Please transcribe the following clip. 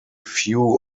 few